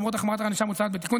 למרות החמרת הענישה המוצעת בתיקון,